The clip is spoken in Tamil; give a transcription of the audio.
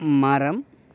மரம்